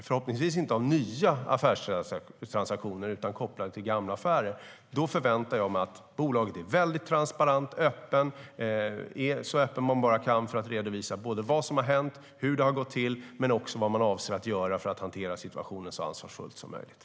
Förhoppningsvis gäller det inte nya affärstransaktioner utan gamla. Då förväntar jag mig att man på bolaget är så transparent och öppen man bara kan vara för att redovisa vad som har hänt, hur det har gått till och vad man avser att göra för att hantera situationen så ansvarsfullt som möjligt.